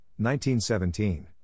1917